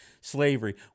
slavery